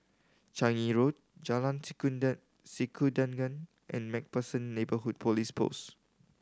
Changi Road Jalan Sikudangan and Macpherson Neighbourhood Police Post